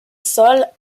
sol